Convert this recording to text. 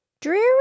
Dreary